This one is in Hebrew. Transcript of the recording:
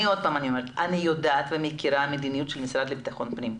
אני אומרת שאני יודעת ומכירה את המדיניות של המשרד לביטחון פנים.